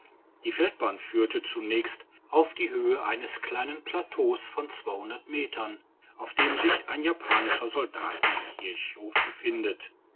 die feldbahn führte zunächst auf die höhe eines kleinen plateaus von metern auf dem sich ein japanischer soldatenkirchhof befindet